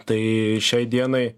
tai šiai dienai